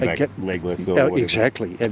and legless so exactly, and